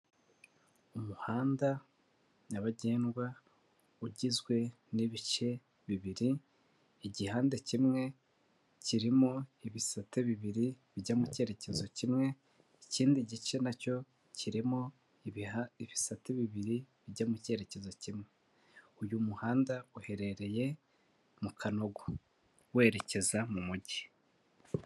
Umuhanda nyabagendwa ugizwe n'ibice bibiri, Igihande kimwe kirimo ibisate bibiri bijya mu cyerekezo kimwe ikindi gice nacyo kirimo ibiha ibisate bibiri bijya mu cyerekezo kimwe. Uyu muhanda uherereye mu Kanogo werekeza mu mujyi.